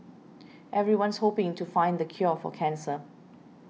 everyone's hoping to find the cure for cancer